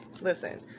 listen